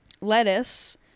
Lettuce